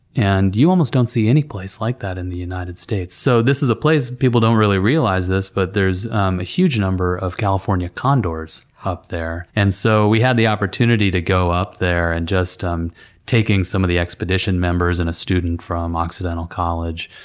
and you almost don't see any place like that in the united states. so, this is a place, people don't really realize this, but there's um a huge number of california condors up there. and so we had the opportunity to go up there, and just um taking some of the expedition members and student from occidental college,